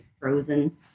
frozen